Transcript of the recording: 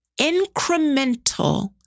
incremental